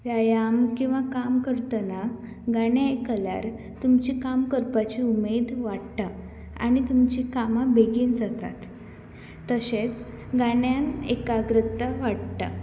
व्यायाम किंवा काम करतना गाणें आयकल्यार तुमचें काम करपाचे उमेद वाडटा आनी तुमची कामां बेगीन जातात तशेंच गाण्यान एकाग्रता वाडटा